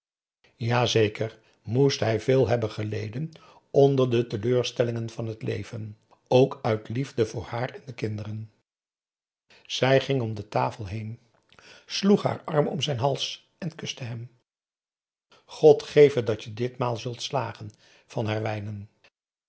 zeker moest hij veel hebben geleden onder de teleurstellingen van t leven ook uit liefde voor haar en de kinderen zij ging om de tafel heen sloeg haar arm om zijn hals en kuste hem god geve dat je ditmaal zult slagen van herwijnen